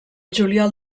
juliol